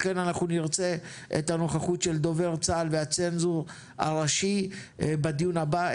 לכן אנחנו נרצה את הנוכחות של דובר צה"ל והצנזור הראשי בדיון הבא.